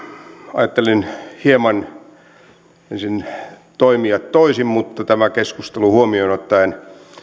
ajattelin hieman ensin toimia toisin mutta tämän keskustelun huomioon ottaen